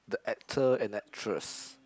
the actor and actress